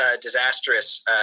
disastrous